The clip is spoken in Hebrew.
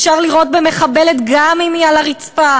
אפשר לירות במחבלת גם אם היא על הרצפה.